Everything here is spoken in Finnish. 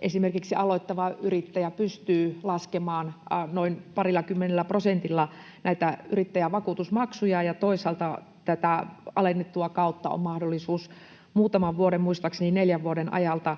esimerkiksi aloittava yrittäjä pystyy laskemaan noin parillakymmenellä prosentilla näitä yrittäjävakuutusmaksuja, ja toisaalta tätä alennettua kautta on mahdollisuus pitää voimassa muutaman vuoden — muistaakseni neljän vuoden ajalta.